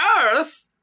earth